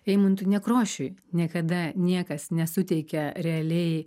eimuntui nekrošiui niekada niekas nesuteikia realiai